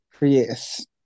Yes